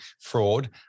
fraud